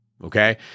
Okay